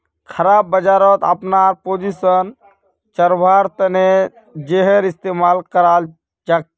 खराब बजारत अपनार पोजीशन बचव्वार तने हेजेर इस्तमाल कराल जाछेक